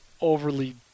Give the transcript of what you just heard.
overly